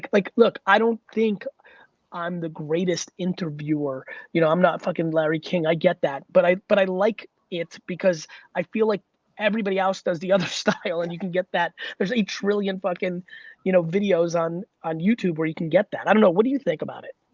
like look, i don't think i'm the greatest interviewer, you know i'm not fuckin' larry king, i get that, but i but i like it because i feel like everybody else does the other style and you can get that. there's a trillion fuckin' you know videos on on youtube where you can get that. i don't know, what do you think about it?